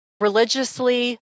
religiously